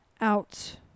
out